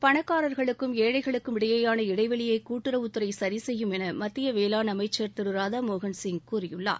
பணக்காரர்களுக்கும் ஏழைகளுக்கும் இடையேயான இடைவெளியை கூட்டுறவுத் துறை சரி செய்யும் என மத்திய வேளாண் அமைச்சர் திரு ராதாமோகன் சிங் கூறியுள்ளார்